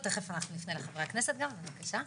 בבקשה.